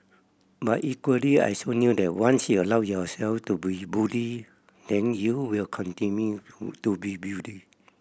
but equally I so knew that once you allow yourself to be bullied then you will continue to be